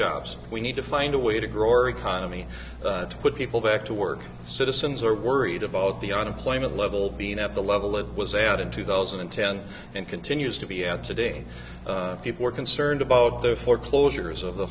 jobs we need to find a way to grow our economy to put people back to work citizens are worried about the unemployment level being at the level it was out in two thousand and ten and continues to be out today people are concerned about the foreclosures of the